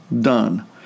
Done